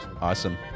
Awesome